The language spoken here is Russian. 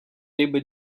либо